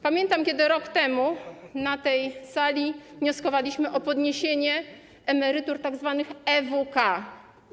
Pamiętam, kiedy rok temu na tej sali wnioskowaliśmy o podniesienie emerytur, tzw. EWK.